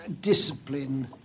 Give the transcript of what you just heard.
discipline